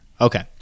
Okay